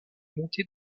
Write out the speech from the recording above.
montée